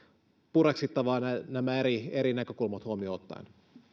pureksittavaa nämä eri eri näkökulmat huomioon ottaen